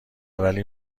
ولی